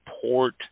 Port